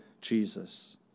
Jesus